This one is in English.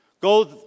Go